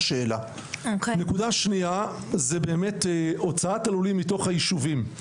נקודה שניה היא הוצאת הלולים מתוך היישובים.